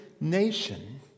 nation